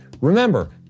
Remember